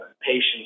patients